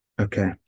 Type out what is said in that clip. Okay